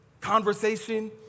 conversation